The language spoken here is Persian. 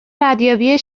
ردیابی